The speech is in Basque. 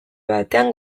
batean